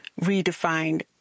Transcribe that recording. redefined